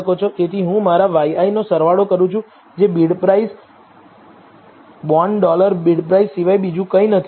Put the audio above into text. તેથી હું મારા yiનો સરવાળો કરું છું જે બિડપ્રાઇસ bondsBidPrice સિવાય બીજું કંઈ નથી